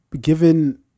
given